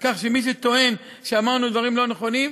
כך שמי שטוען שאמרנו דברים לא נכונים,